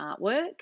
artwork